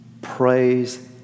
Praise